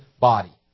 body